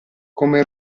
come